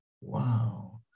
Wow